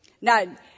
Now